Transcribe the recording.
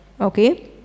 Okay